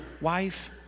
wife